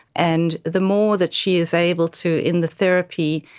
and the more that she is able to, in the therapy,